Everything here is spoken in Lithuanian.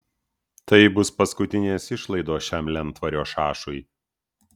tai bus paskutinės išlaidos šiam lentvario šašui